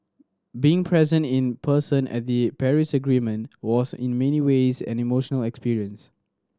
being present in person at the Paris Agreement was in many ways an emotional experience